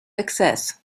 access